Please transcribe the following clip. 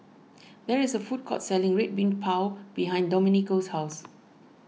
there is a food court selling Red Bean Bao behind Domenico's house